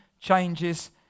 changes